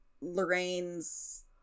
Lorraine's